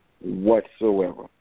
whatsoever